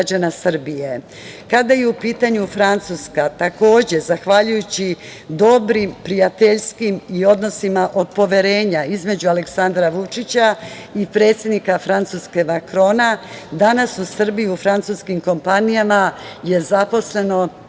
Kada je u pitanju Francuska, takođe, zahvaljujući dobrim prijateljskim i odnosima od poverenja između Aleksandra Vučića i predsednika Francuske Makrona, danas u Srbiji u francuskim kompanijama je zaposleno